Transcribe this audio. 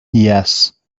yes